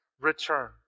return